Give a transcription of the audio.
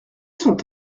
sont